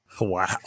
Wow